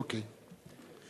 אוקיי.